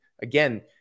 again